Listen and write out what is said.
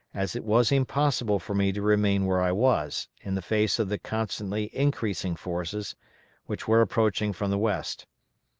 as it was impossible for me to remain where i was, in the face of the constantly increasing forces which were approaching from the west.